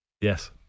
Yes